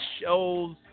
shows